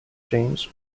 james